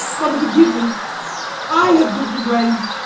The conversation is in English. mother, forgive me i have been to blame.